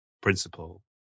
principle